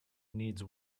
needs